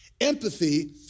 Empathy